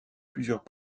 plusieurs